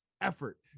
effort